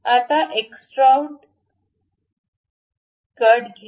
आता extrude cut घ्या